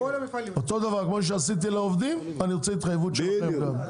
אותו דבר כמו שעשיתי לעובדים אני רוצה התחייבות שלכם גם.